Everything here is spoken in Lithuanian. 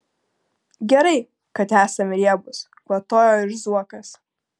gerai kad esam riebūs kvatojo ir zuokas